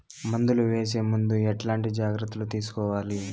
మందులు వేసే ముందు ఎట్లాంటి జాగ్రత్తలు తీసుకోవాలి?